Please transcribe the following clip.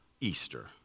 Easter